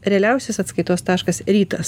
realiausias atskaitos taškas rytas